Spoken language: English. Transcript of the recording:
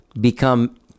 become